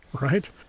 Right